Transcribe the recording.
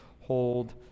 hold